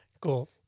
Cool